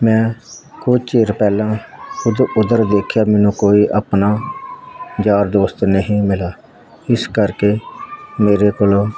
ਮੈਂ ਕੁਝ ਚਿਰ ਪਹਿਲਾਂ ਇੱਧਰ ਉੱਧਰ ਦੇਖਿਆ ਮੈਨੂੰ ਕੋਈ ਆਪਣਾ ਯਾਰ ਦੋਸਤ ਨਹੀਂ ਮਿਲਿਆ ਇਸ ਕਰਕੇ ਮੇਰੇ ਕੋਲੋਂ